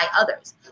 others